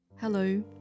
Hello